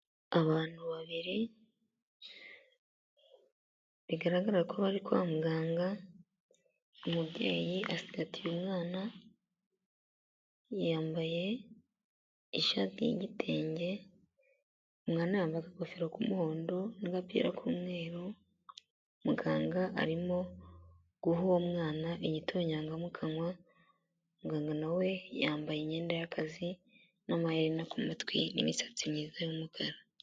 Abantu babiri bigaragara ko bari kwa muganga, umubyeyi asikatiye umwana yambaye ishati y'igitenge, umwana yambaye akagofero k'umuhondo, n'agapira k'umweru, muganga arimo guha uwo mwana igitonyanga mukanwa muganga nawe yambaye imyenda y'akazi n'amaherena ku matwi n'imisatsi myiza y'umukara.